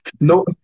No